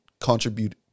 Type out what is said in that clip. contribute